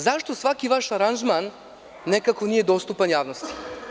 Zašto svaki vaš aranžman nekako nije dostupan javnosti?